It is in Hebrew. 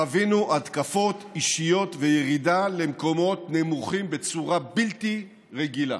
חווינו התקפות אישיות וירידה למקומות נמוכים בצורה בלתי רגילה.